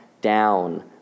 down